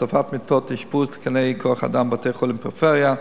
הוספת מיטות אשפוז ותקני כוח-אדם לבתי-חולים בפריפריה,